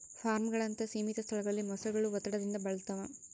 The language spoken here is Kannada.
ಫಾರ್ಮ್ಗಳಂತಹ ಸೀಮಿತ ಸ್ಥಳಗಳಲ್ಲಿ ಮೊಸಳೆಗಳು ಒತ್ತಡದಿಂದ ಬಳಲ್ತವ